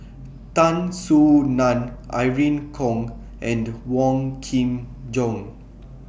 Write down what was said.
Tan Soo NAN Irene Khong and Wong Kin Jong